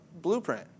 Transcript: blueprint